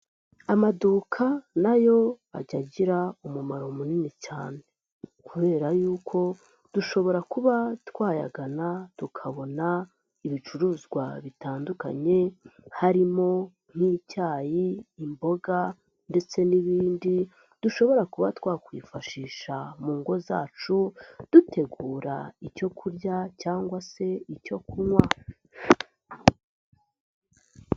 Amaduka na yo ajya agira umumaro munini cyane kubera yuko dushobora kuba twayagana tukabona ibicuruzwa bitandukanye harimo nk'icyayi, imboga ndetse n'ibindi dushobora kuba twakwifashisha mu ngo zacu, dutegura icyo kurya cyangwa se icyo kunywa.